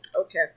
okay